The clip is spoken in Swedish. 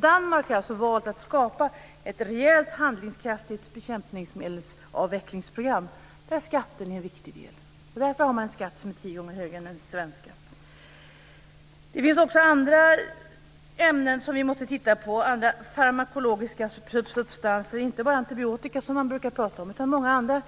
Danmark har valt att skapa ett rejält handlingskraftigt avvecklingsprogram för bekämpningsmedel, där skatten är en viktig del. Därför har man en skatt som är tio gånger högre än den svenska. Det finns också andra ämnen som vi måste titta på, andra farmakologiska substanser. Det finns inte bara antibiotika som man brukar prata om utan också många andra